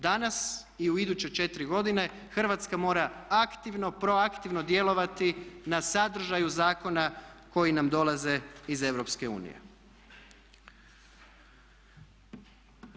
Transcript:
Danas i u iduće 4 godine Hrvatska mora aktivno, proaktivno djelovati na sadržaju zakona koji nam dolaze iz Europske unije.